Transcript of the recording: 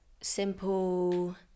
simple